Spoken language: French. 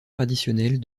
traditionnels